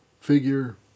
figure